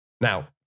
Now